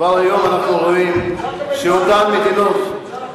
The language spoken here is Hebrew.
כבר היום אנחנו רואים שאותן מדינות,